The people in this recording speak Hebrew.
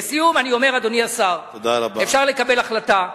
לסיום אני אומר, אדוני השר, אפשר לקבל החלטה.